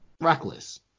reckless